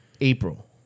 April